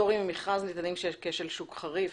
פטורים ממכרז ניתנים כשיש כשל שוק חריף.